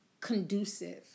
conducive